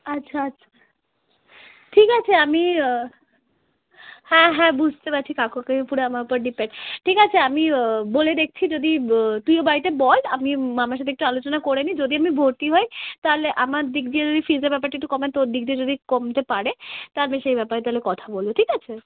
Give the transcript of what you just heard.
আচ্ছা আচ্ছা ঠিক আছে আমি হ্যাঁ হ্যাঁ বুঝতে পারছি কাকু কাকি পুরো আমার উপর ডিপেন্ড ঠিক আছে আমি বলে দেখছি যদি তুইও বাড়িতে বল আমি মামার সাথে একটু আলোচনা করে নিই যদি আমি ভর্তি হই তাহলে আমার দিক দিয়ে যদি ফিজের ব্যাপারটা একটু কমে তোর দিক দিয়ে যদি কমতে পারে তাহলে আমি সেই ব্যাপারে তাহলে কথা বলব ঠিক আছে